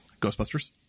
ghostbusters